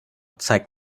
zeigt